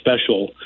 special